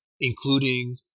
including